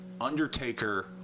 Undertaker